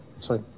Sorry